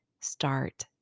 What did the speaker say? start